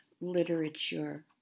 literature